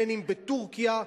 אם בטורקיה,